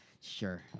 Sure